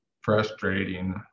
frustrating